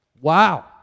Wow